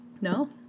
No